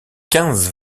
quinze